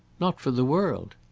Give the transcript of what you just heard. not for the world.